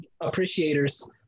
appreciators